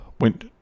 went